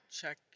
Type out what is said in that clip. check